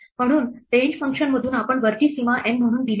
म्हणून रेंज फंक्शनमधून आपण वरची सीमा N म्हणून दिली आहे